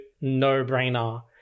no-brainer